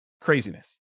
craziness